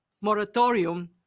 moratorium